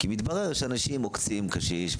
כי מתברר שאנשים עוקצים קשיש,